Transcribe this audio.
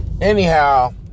Anyhow